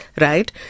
right